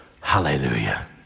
hallelujah